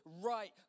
right